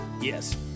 Yes